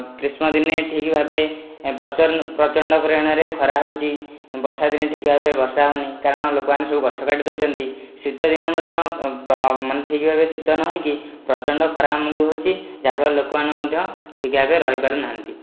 ଗ୍ରୀଷ୍ମ ଦିନେ ଠିକ ଭାବେ ପ୍ରଚଣ୍ଡ ପରିମାଣରେ ଖରା ହେଉଛି ବର୍ଷାଦିନେ ଠିକ ଭାବେ ବର୍ଷା ହେଉନି କାରଣ ଲୋକମାନେ ସବୁ ଗଛ କାଟିଦେଉଛନ୍ତି ଶୀତଦିନେ ମଧ୍ୟ ମାନେ ଠିକ ଭାବେ ଶୀତ ନ ହୋଇକି ପ୍ରଚଣ୍ଡ ଖରା ଆମକୁ ହେଉଛି ଯାହାଫଳରେ ଲୋକମାନେ ମଧ୍ୟ ଠିକ ଭାବେ ରହିପାରୁନାହାନ୍ତି